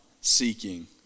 Seeking